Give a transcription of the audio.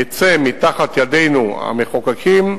יצא מתחת ידינו, המחוקקים,